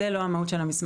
זאת לא המהות של המסמך.